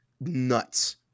nuts